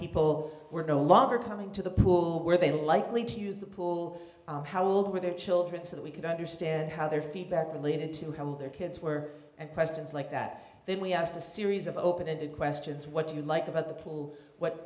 people were no longer coming to the pool where they were likely to use the pool how old were their children so that we could understand how their feedback related to how well their kids were and questions like that then we asked a series of open ended questions what do you like about the pool what